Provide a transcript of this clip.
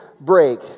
break